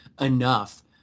enough